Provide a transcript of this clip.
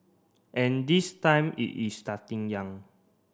and this time it is starting young